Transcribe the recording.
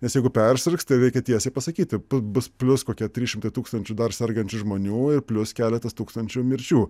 nes jeigu persirgs tai reikia tiesiai pasakyti bus plius kokie trys šimtai tūkstančių dar sergančių žmonių ir plius keletas tūkstančių mirčių